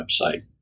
website